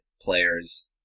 players